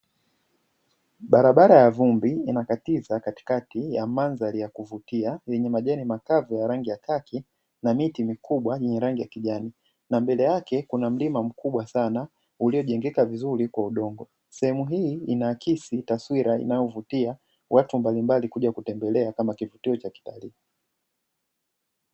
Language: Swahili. Barabara ya vumbi inakatiza katikati ya mandhari ya kuvutia yenye majani makavu ya rangi ya kaki na miti mikubwa yenye rangi ya kijani na mbele yake kuna mlima mkubwa sana uliojengeka vizuri kwa udongo. Sehemu hii inaakisi taswira ya inayovutia watu mbalimbali kuja kutembelea kama kivutio cha kitalii.